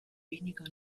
weniger